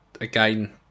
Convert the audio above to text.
Again